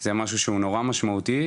זה משהו שהוא נורא משמעותי.